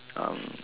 um